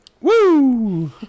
Woo